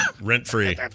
rent-free